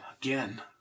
again